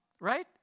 right